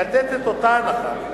לתת את אותה הנחה,